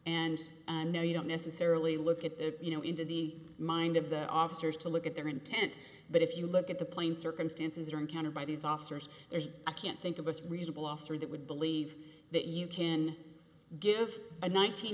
and i know you don't necessarily look at the you know into the mind of the officers to look at their intent but if you look at the plain circumstances or encountered by these officers there's i can't think of us reasonable officer that would believe that you can give a nineteen